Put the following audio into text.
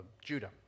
Judah